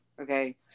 Okay